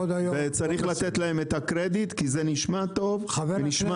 צריך לתת להם את הקרדיט, כי זה נשמע טוב ורציני.